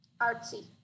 Artsy